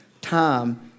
time